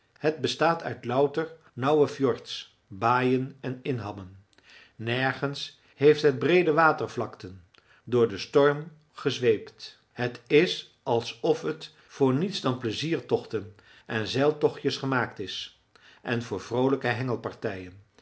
het bestaat uit louter nauwe fjords baaien en inhammen nergens heeft het breede watervlakten door den storm gezweept het is alsof t voor niets dan pleiziertochten en zeiltochtjes gemaakt is en voor vroolijke